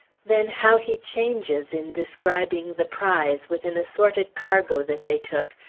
then how he changes, in describing the prize with an assorted cargo that they took,